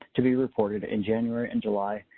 to be reported in january and july.